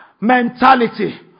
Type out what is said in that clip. mentality